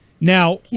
Now